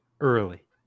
early